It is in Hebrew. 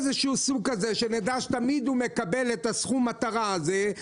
תמיד מקבל את סכום המטרה הזה,